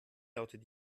lautet